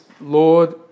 Lord